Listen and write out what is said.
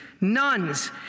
nuns